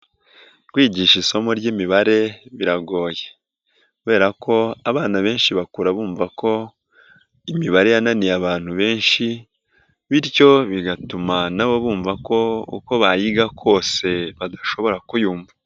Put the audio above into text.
Kwigisha isomo ry'Imibare biragoye kubera ko abana benshi bakura bumva ko Imibare yananiye abantu benshi bityo bigatuma na bo bumva ko uko bayiga kose badashobora kuyumva.